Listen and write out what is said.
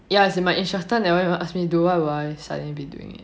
ya as in my instructor never even ask me do why will I suddenly be doing it